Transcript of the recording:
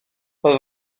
roedd